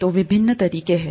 तो विभिन्न तरीके हैं